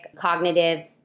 cognitive